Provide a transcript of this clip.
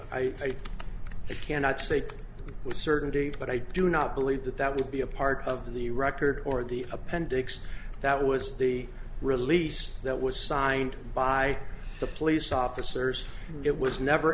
i cannot say with certainty but i do not believe that that would be a part of the record or the appendix that was the release that was signed by the police officers it was never